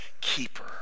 keeper